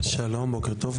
שלום בוקר טוב,